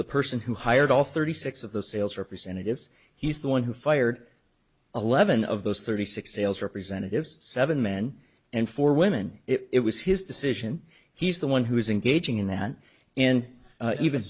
the person who hired all thirty six of the sales representatives he's the one who fired eleven of those thirty six sales representatives seven men and four women it was his decision he's the one who is engaging in that and even